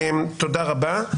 תודה רבה.